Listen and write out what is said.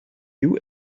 you